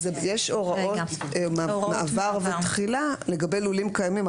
יש הוראות מעבר ותחילה לגבי לולים קיימים.